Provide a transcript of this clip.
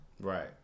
Right